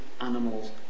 animals